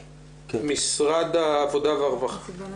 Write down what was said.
בנט,